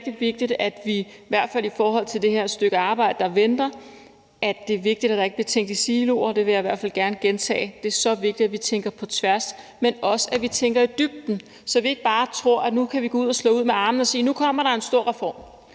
det er rigtig vigtigt, at der i forhold til det stykke arbejde, der venter, ikke bliver tænkt i siloer, og det vil jeg i hvert fald gerne gentage. Det er så vigtigt, at vi tænker på tværs, men at vi også tænker i dybden, så vi ikke bare tror, at vi nu kan gå ud og slå ud med armene og sige, at der kommer en stor reform,